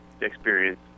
experience